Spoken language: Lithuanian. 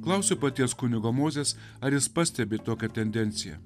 klausiu paties kunigo mozės ar jis pastebi tokią tendenciją